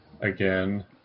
again